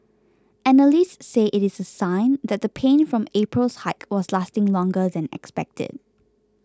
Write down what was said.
analysts say it is a sign that the pain from April's hike was lasting longer than expected